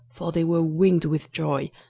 for they were winged with joy,